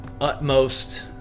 utmost